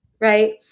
Right